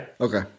Okay